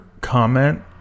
comment